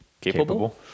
capable